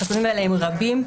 החסמים האלה הם רבים.